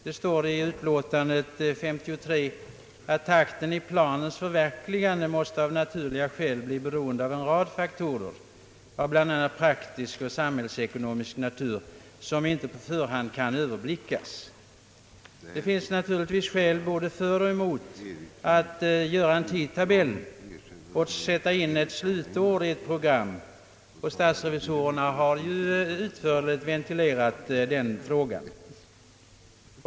Det står i statsutskottets utlåtande nr 53 att takten i planens förverkligande av naturliga skäl måste bli beroende av en rad faktorer, av bl.a. praktisk och samhällsekonomisk natur, som inte på förhand kan överblickas. Det finns naturligtvis skäl både för och emot att göra en tidtabell och att sätta in ett slutår i ett program. Statsrevisorerna har också utförligt ventilerat den frågan.